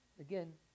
again